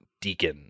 Deacon